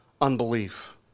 unbelief